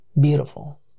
beautiful